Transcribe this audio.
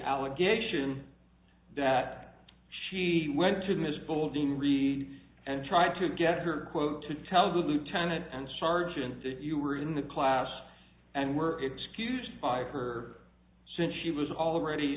allegation that she went to this building read and try to get her quote to tell the lieutenant and sergeant that you were in the class and were excused by her since she was already